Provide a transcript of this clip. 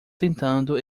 tentando